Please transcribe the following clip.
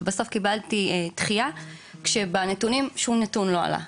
בסוף קיבלתי דחייה כשבנתונים שום נתון לא עלה.